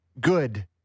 good